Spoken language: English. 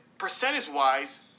Percentage-wise